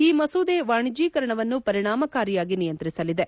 ಈ ಮಸೂದೆ ವಾಣಿಜ್ಯೀಕರಣವನ್ನು ಪರಿಣಾಮಕಾರಿಯಾಗಿ ನಿಯಂತ್ರಿಸಲಿದೆ